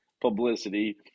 publicity